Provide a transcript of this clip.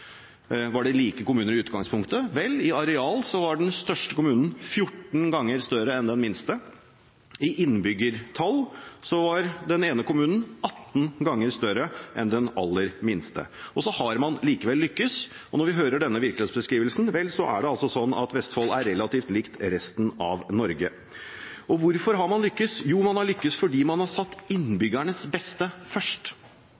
Var det like kommuner i utgangspunktet? I areal var den største kommunen 14 ganger større enn den minste. I innbyggertall var den ene kommunen 18 ganger større enn den aller minste. Så har man likevel lyktes. Når vi hører denne virkelighetsbeskrivelsen, er det sånn at Vestfold er relativt likt resten av Norge. Hvorfor har man lyktes? Jo, man har lyktes fordi man har satt